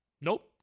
Nope